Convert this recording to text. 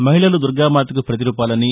మహిళలు దుర్గమాతకు ప్రతి రూపాలని